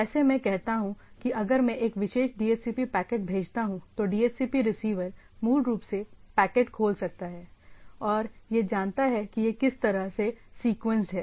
जैसे मैं कहता हूं कि अगर मैं एक विशेष DHCP पैकेट भेजता हूं तो DHCP रिसीवर मूल रूप से पैकेट खोल सकता है और यह जानता है कि ये किस तरह से सीक्वेंसड हैं